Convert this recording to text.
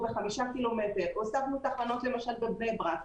בחמישה קילומטר והוספנו תחנות בבני-ברק,